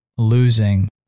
losing